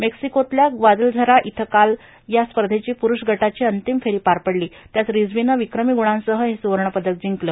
मेक्सिकोतल्या Guadalajara इथं काल या स्पर्धेची पुरूष गटाची अंतिम फेरी पार पडली त्यात रिझवीनं विक्रमी ग्रणांसह हे सुवर्णपदक जिंकलं